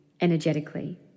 energetically